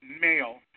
male